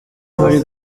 muri